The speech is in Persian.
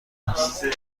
است